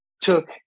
took